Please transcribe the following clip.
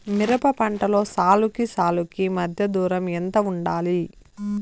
మిరప పంటలో సాలుకి సాలుకీ మధ్య దూరం ఎంత వుండాలి?